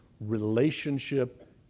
relationship